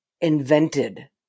invented